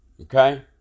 Okay